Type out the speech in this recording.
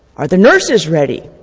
are the nurses ready,